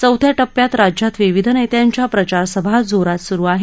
चौथ्या टप्प्यात राज्यात विविध नेत्यांच्या प्रचारसभा जोरात सुरू आहेत